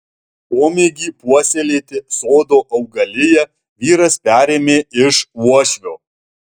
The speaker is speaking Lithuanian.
pomėgį puoselėti sodo augaliją vyras perėmė iš uošvio